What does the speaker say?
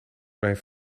mijn